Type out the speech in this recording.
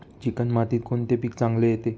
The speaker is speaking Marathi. चिकण मातीत कोणते पीक चांगले येते?